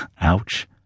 Ouch